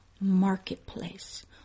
Marketplace